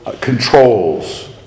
controls